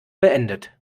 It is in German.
beendet